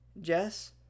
Jess